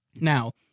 Now